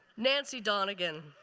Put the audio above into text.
nancy donagan,